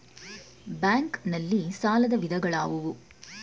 Bank ನಲ್ಲಿ ಸಾಲದ ವಿಧಗಳಾವುವು?